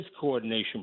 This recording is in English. coordination